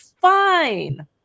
fine